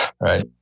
right